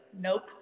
nope